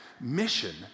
mission